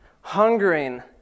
hungering